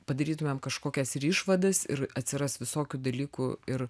padarytumėm kažkokias ir išvadas ir atsiras visokių dalykų ir